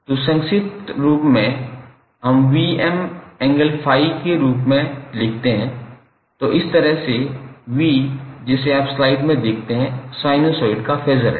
तो संक्षिप्त रूप में हम 𝑉𝑚∠∅ के रूप में लिखते हैं तो इस तरह से 𝑽 जिसे आप स्लाइड में देखते हैं साइनसोइड का फेज़र है